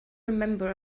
remember